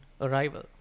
Arrival